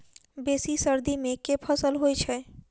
बेसी सर्दी मे केँ फसल होइ छै?